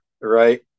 Right